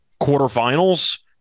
quarterfinals